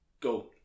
go